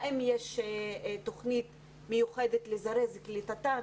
האם יש תוכנית מיוחדת לזרז את קליטתן